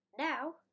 Now